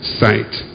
sight